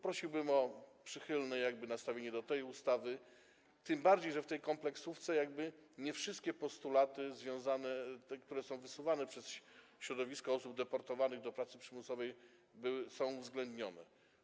Prosiłbym o przychylne nastawienie do tej ustawy, tym bardziej że w tej kompleksówce nie wszystkie postulaty, które są wysuwane przez środowisko osób deportowanych do pracy przymusowej, są uwzględnione.